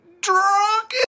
drunk